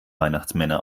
weihnachtsmänner